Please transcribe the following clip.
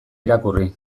irakurri